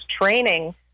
training